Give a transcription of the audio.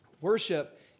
worship